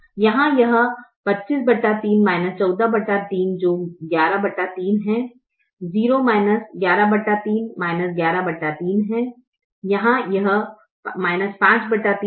यहाँ यह 253 143 जो 113 है 0 113 113 है यहाँ यह 53 73 है जो 23 है